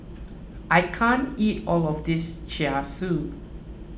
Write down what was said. I can't eat all of this Char Siu